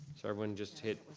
so everyone just hit